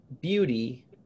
beauty